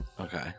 okay